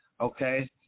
Okay